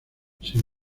sin